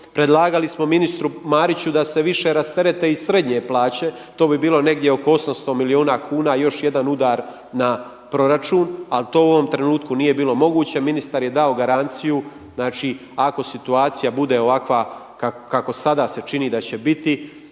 Predlagali smo ministru Mariću da se više rasterete i srednje plaće. To bi bilo negdje oko 800 milijuna kuna još jedan udar na proračun, ali to u ovom trenutku nije bilo moguće. Ministar je dao garanciju znači ako situacija bude ovakva kako sada se čini da će biti,